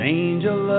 angel